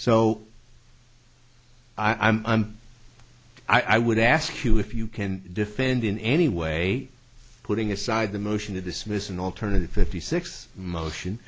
so i'm i would ask you if you can defend in any way putting aside the motion to dismiss an alternative fifty six motion